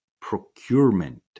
procurement